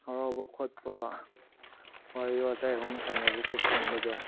ꯍꯔꯥꯎꯕ ꯈꯣꯠꯄ ꯋꯥꯔꯤ ꯋꯇꯥꯏꯒꯨꯝꯕ ꯁꯥꯟꯅꯕ ꯈꯣꯠꯄꯒꯨꯝꯕꯗ